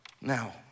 Now